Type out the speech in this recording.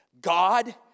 God